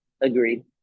Agreed